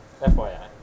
FYI